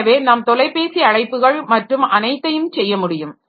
எனவே நாம் தொலைபேசி அழைப்புகள் மற்றும் அனைத்தையும் செய்ய முடியும்